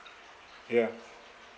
ya